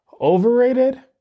overrated